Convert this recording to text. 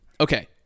Okay